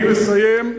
אני מסיים,